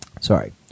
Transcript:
Sorry